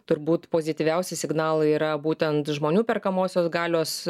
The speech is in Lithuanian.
turbūt pozityviausi signalai yra būtent žmonių perkamosios galios